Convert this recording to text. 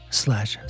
slash